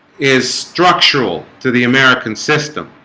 is structural to the american system